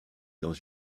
dans